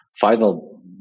final